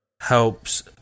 helps